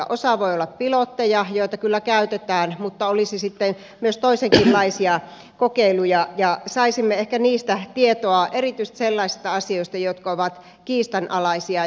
osa voi olla pilotteja joita kyllä käytetään mutta voisi olla sitten myöskin toisenlaisia kokeiluja ja saisimme ehkä niistä tietoa erityisesti sellaisista asioista jotka ovat kiistanalaisia